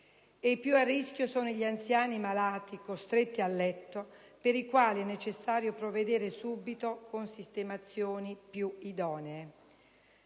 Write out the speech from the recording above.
I più a rischio sono gli anziani e i malati costretti a letto, per i quali è necessario provvedere subito con sistemazioni più idonee.